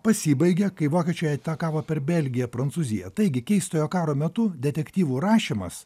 pasibaigė kai vokiečiai atakavo per belgiją prancūziją taigi keistojo karo metu detektyvų rašymas